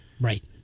Right